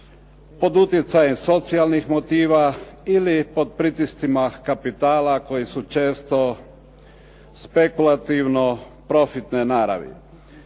pod utjecajem socijalnih motiva ili je pod pritiscima kapitala koji su često spekulativno profitne naravi.